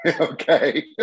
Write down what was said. Okay